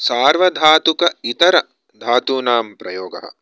सार्वधातुक इतर धातूनां प्रयोगः